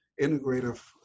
integrative